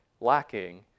lacking